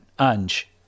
Ange